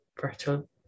virtual